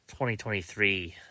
2023